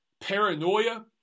paranoia